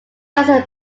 various